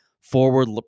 forward